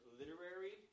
literary